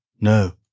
No